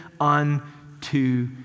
unto